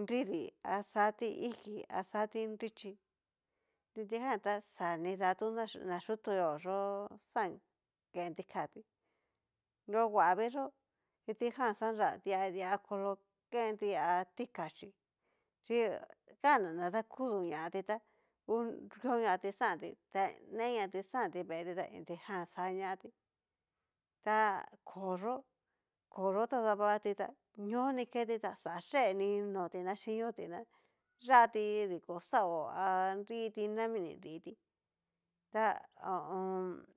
nridi axati iki, axiti nrichí, kitijan ta xa nidatu na chutio yó xan kenti katí, nrohuavi yó kitijan xanra dia dia kolo nenti há tikachi chi kan'na na dakudó ñati ta ngu nrió ñati xanti, ta ne ñati xanti veeti a inrijan xañatí ta koo yó koo yó ta davatí ta ñóo ni keti ta yee ni noti na xhinio tí ná yati diko xaó a nriti nami ni nriti ta ho o on.